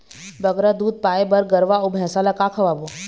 बगरा दूध पाए बर गरवा अऊ भैंसा ला का खवाबो?